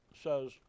says